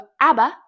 Abba